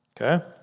Okay